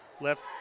left